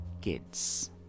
kids